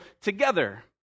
together